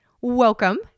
welcome